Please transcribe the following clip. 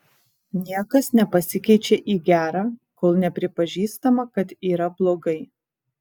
niekas nepasikeičia į gerą kol nepripažįstama kad yra blogai